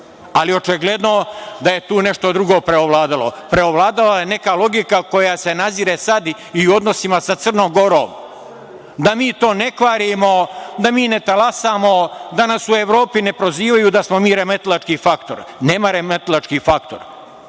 Ali, očigledno je da je tu nešto drugo preovladalo, preovladala je neka logika koja se nazire i sad u odnosima sa Crnom Gorom, da mi to ne kvarimo, da mi ne talasamo, da nas u Evropi ne prozivaju da smo mi remetilački faktor. Tu mora jasno